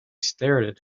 stared